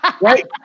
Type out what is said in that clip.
Right